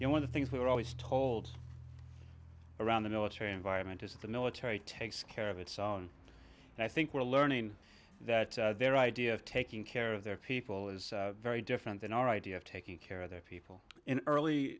you one of the things we are always told around the military environment is the military takes care of its own and i think we're learning that their idea of taking care of their people is very different than our idea of taking care of their people in early